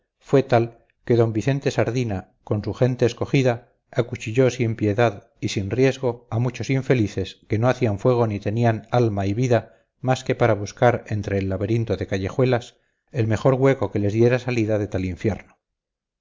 fue tal que d vicente sardina con su gente escogida acuchilló sin piedad y sin riesgo a muchos infelices que no hacían fuego ni tenían alma y vida más que para buscar entre el laberinto de callejuelas el mejor hueco que les diera salida de tal infierno